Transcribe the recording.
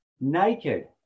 naked